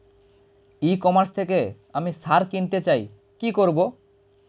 ই commerce থেকে আমি সার কিনতে চাই কি করব?